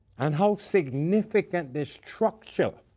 and how significant this structure